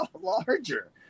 larger